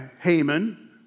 Haman